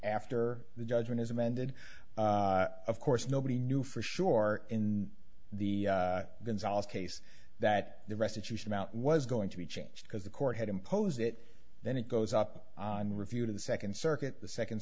after the judgment is amended of course nobody knew for sure in the gonzalez case that the restitution mount was going to be changed because the court had imposed it then it goes up on review to the second circuit the second